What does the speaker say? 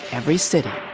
every city.